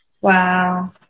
Wow